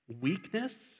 Weakness